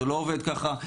זה לא עובד ככה,